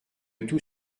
tout